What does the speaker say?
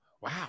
wow